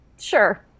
Sure